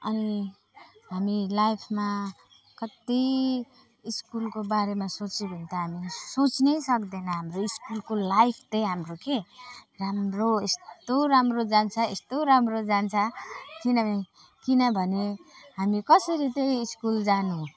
अनि हामी लाइफमा कति स्कुलको बारेमा सोचे भने त हामी सोच्नै सक्दैन हाम्रो स्कुल लाइफ चाहिँ हाम्रो के राम्रो यस्तो राम्रो जान्छ यस्तो राम्रो जान्छ किनभने किनभने हामी कसरी चाहिँ स्कुल जानु